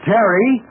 Terry